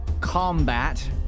combat